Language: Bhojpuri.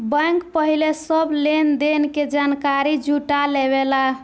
बैंक पहिले सब लेन देन के जानकारी जुटा लेवेला